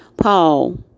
Paul